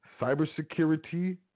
Cybersecurity